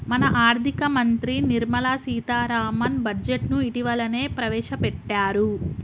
మన ఆర్థిక మంత్రి నిర్మల సీతారామన్ బడ్జెట్ను ఇటీవలనే ప్రవేశపెట్టారు